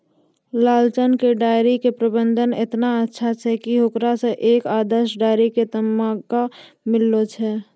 लालचन के डेयरी के प्रबंधन एतना अच्छा छै कि होकरा एक आदर्श डेयरी के तमगा मिललो छै